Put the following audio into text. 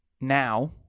now